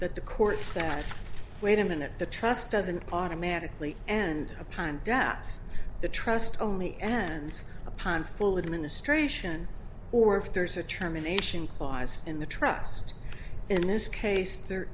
that the courts that wait a minute the trust doesn't automatically and upon the trust only and upon full administration or if there's a terminations clause in the trust in this case there